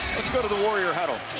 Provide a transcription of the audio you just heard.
go to the warriors huddle.